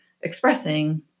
expressing